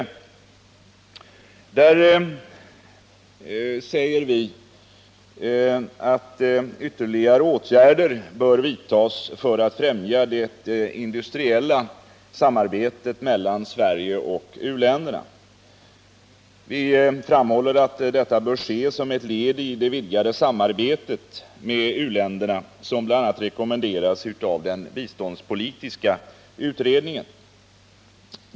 I motionen säger vi att ytterligare åtgärder bör vidtas för att främja det industriella samarbetet mellan Sverige och u-länderna. Vi framhåller att detta bör ske som ett led i det vidgade samarbete med u-länderna som bl.a. rekommenderats av den biståndspolitiska utredningen.